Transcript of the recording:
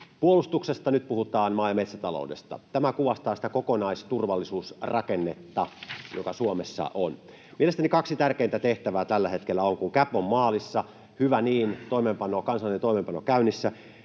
puolustuksesta, nyt puhutaan maa- ja metsätaloudesta. Tämä kuvastaa sitä kokonaisturvallisuusrakennetta, joka Suomessa on. Mielestäni kaksi tärkeintä tehtävää tällä hetkellä, kun CAP on maalissa — hyvä niin, kansallinen toimeenpano on käynnissä